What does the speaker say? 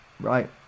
right